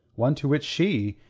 one to which she,